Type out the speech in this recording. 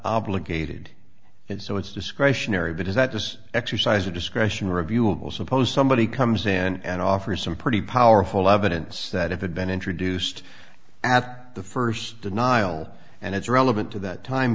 gated and so it's discretionary but is that just exercise of discretion reviewable suppose somebody comes in and offers some pretty powerful evidence that it had been introduced after the first denial and it's relevant to that time